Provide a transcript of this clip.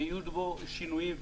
ויהיו בו שינויים,